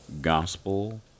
gospel